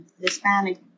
Hispanic